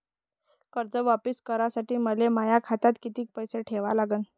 कर्ज वापिस करासाठी मले माया खात्यात कितीक पैसे ठेवा लागन?